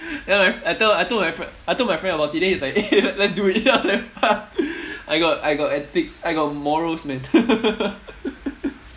ya man I told I told my friend I told my friend about it then he's like eh let's do it then I was like fuck I got I got ethics I got morals man